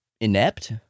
inept